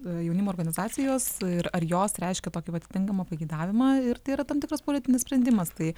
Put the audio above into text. jaunimo organizacijos ir ar jos reiškia tokį va atitinkamą pageidavimą ir tai yra tam tikras politinis sprendimas tai